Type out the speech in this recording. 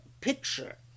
picture